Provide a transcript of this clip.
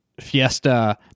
Fiesta